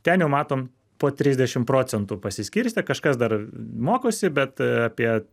ten jau matom po trisdešim procentų pasiskirstę kažkas dar mokosi bet apie